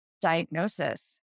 diagnosis